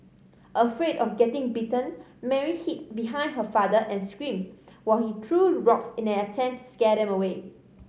afraid of getting bitten Mary hid behind her father and screamed while he threw rocks in an attempt to scare them away